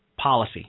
policy